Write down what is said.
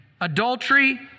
adultery